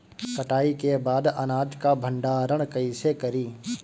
कटाई के बाद अनाज का भंडारण कईसे करीं?